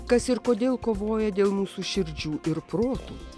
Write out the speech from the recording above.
kas ir kodėl kovoja dėl mūsų širdžių ir protų